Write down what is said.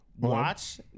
Watch